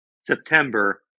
September